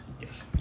Yes